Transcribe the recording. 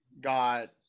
got